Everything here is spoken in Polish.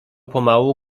pomału